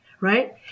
right